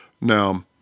Now